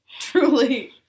Truly